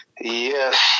Yes